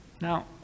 Now